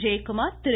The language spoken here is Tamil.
ஜெயகுமார் திரு